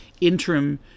interim